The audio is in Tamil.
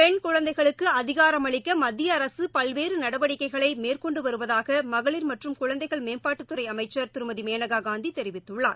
பெண் குழந்தைகளுக்கு அதிகாரமளிக்க மத்திய அரசு பல்வேறு நடவடிக்கைகள் மேற்கொண்டு வருவதாக மகளிர் மற்றும் குழந்தைகள் மேம்பாட்டுத்துறை அமைச்சர் திருமதி மேனகா காந்தி தெரிவித்துள்ளார்